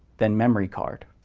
then memory card.